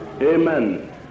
Amen